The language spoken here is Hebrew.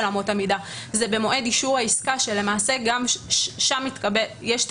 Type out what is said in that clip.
אמות המידה הוא במועד אישור העסקה שלמעשה שם יש את